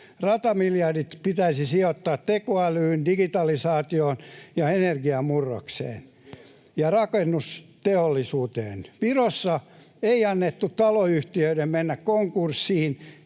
Ratamiljardit pitäisi sijoittaa tekoälyyn, digitalisaatioon, energiamurrokseen ja rakennusteollisuuteen. Virossa ei annettu taloyhtiöiden mennä konkurssiin.